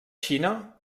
xina